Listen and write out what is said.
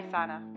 Sana